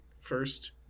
first